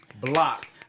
Blocked